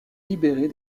libérée